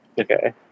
Okay